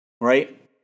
right